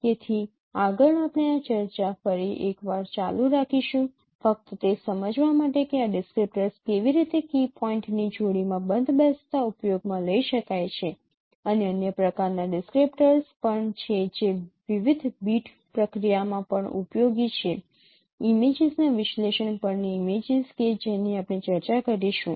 તેથી આગળ આપણે આ ચર્ચા ફરી એકવાર ચાલુ રાખીશું ફક્ત તે સમજવા માટે કે આ ડિસ્ક્રિપ્ટર્સ કેવી રીતે કી પોઇન્ટ્સની જોડીમાં બંધબેસતા ઉપયોગમાં લઈ શકાય છે અને અન્ય પ્રકારના ડિસ્ક્રિપ્ટર્સ પણ છે જે વિવિધ બીટ પ્રક્રિયામાં પણ ઉપયોગી છે ઇમેજીસના વિશ્લેષણ પરની ઇમેજીસ કે જેની આપણે ચર્ચા કરીશું